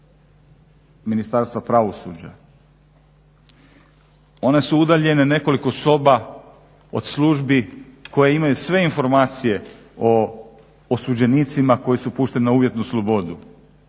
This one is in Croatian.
Ministarstva pravosuđa. One su udaljene nekoliko soba od službi koje imaju sve informacije o osuđenicima koji su pušteni na uvjetnu slobodu.